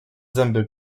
zęby